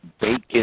bacon